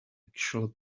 actual